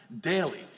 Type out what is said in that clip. daily